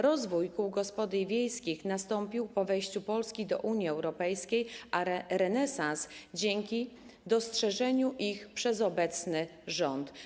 Rozwój kół gospodyń wiejskich nastąpił po wejściu Polski do Unii Europejskiej, a ich renesans - dzięki dostrzeżeniu ich przez obecny rząd.